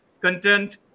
content